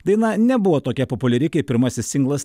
daina nebuvo tokia populiari kaip pirmasis singlas